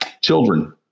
children